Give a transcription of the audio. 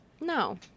No